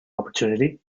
opportunity